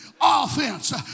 offense